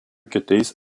kitais